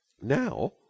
Now